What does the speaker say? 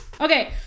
Okay